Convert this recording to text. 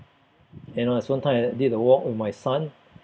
and there was one time I did a walk with my son